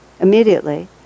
immediately